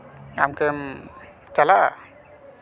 ᱟᱢ ᱠᱤᱢ ᱪᱟᱞᱟᱜᱼᱟ